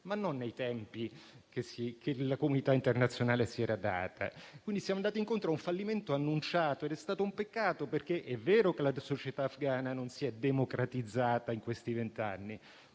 non nei tempi che la comunità internazionale si era data. Quindi siamo andati incontro ad un fallimento annunciato ed è stato un peccato, perché è vero che la società afghana non si è democratizzata in questi vent'anni,